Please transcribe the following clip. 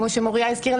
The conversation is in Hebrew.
כמו שמוריה הזכירה,